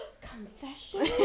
Confession